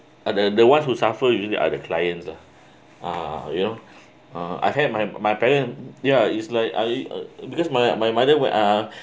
uh the the ones who suffer usually are the clients lah uh you know uh I had my my parents ya it's like I uh because my my mother will uh